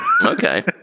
Okay